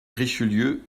richelieu